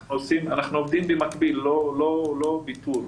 אנחנו עובדים במקביל, לא בטור.